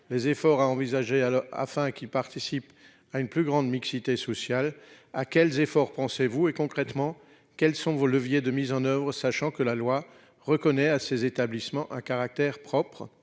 les efforts à envisager alors afin qu'ils participent à une plus grande mixité sociale. Ah quels efforts pensez-vous et concrètement, quelles sont vos leviers de mise en Oeuvres, sachant que la loi reconnaît à ces établissements à caractère propre